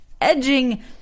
edging